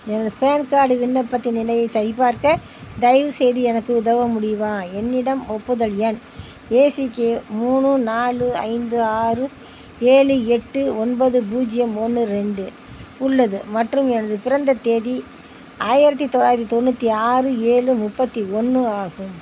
எனது PAN card விண்ணப்பத்தின் நிலையை சரிபார்க்க தயவுசெய்து எனக்கு உதவ முடியுமா என்னிடம் ஒப்புதல் எண் ஏ சி கே மூணு நாலு ஐந்து ஆறு ஏழு எட்டு ஒன்பது பூஜ்ஜியம் ஒன்று ரெண்டு உள்ளது மற்றும் எனது பிறந்த தேதி ஆயிரத்தி தொள்ளாயிரத்தி தொண்ணூற்றி ஆறு ஏழு முப்பத்தி ஒன்று ஆகும்